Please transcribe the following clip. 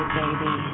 baby